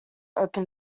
open